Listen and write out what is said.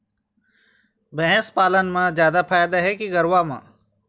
भैंस पालन म जादा फायदा हे या गरवा म?